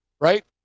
right